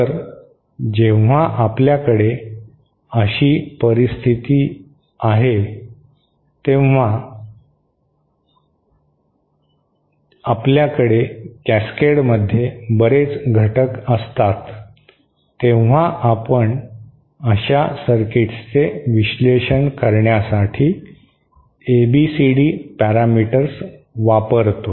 तर जेव्हा आपल्याकडे अशी परिस्थिती आहे जेव्हा आपल्याकडे कॅसकेडमध्ये बरेच घटक असतात तेव्हा आपण अशा सर्किट्सचे विश्लेषण करण्यासाठी एबीसीडी पॅरामीटर्स वापरतो